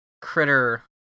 critter